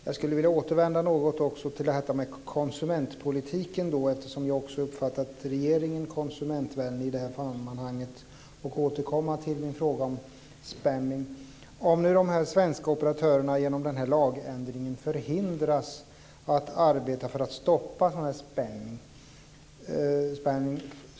Jag skulle också vilja återvända till konsumentpolitiken, eftersom jag också har uppfattat regeringen som konsumentvänlig i det här sammanhanget, och återkomma till min fråga om spamming. De svenska operatörerna förhindras genom denna lagändring att arbeta för att stoppa sådan här spamming.